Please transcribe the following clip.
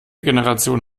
generation